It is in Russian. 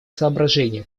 соображения